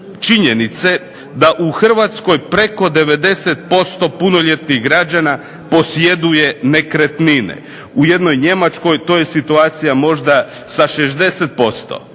da u Hrvatskoj preko 90% punoljetnih građana posjeduje nekretnine. U jednoj Njemačkoj to je situacija možda sa 60%